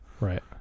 right